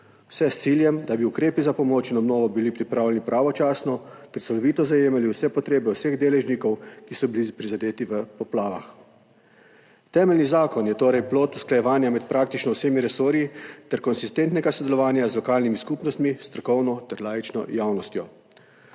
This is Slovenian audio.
Vse s ciljem, da bi ukrepi za pomoč in obnovo bili pripravljeni pravočasno ter celovito zajemali vse potrebe vseh deležnikov, ki so bili prizadeti v poplavah. Temeljni zakon je torej plod usklajevanja med praktično vsemi resorji ter konsistentnega sodelovanja z lokalnimi skupnostmi, s strokovno ter laično javnostjo.